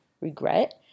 regret